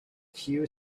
few